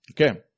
Okay